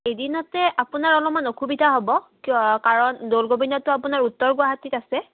এদিনতে আপোনাৰ অলপমান অসুবিধা হ'ব কিয় কাৰণ দৌল গোবিন্দটো আপোনাৰ উত্তৰ গুৱাহাটীত আছে